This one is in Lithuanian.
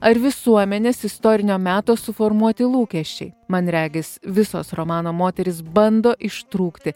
ar visuomenės istorinio meto suformuoti lūkesčiai man regis visos romano moterys bando ištrūkti